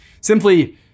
simply